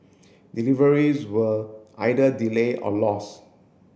deliveries were either delay or lost